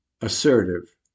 assertive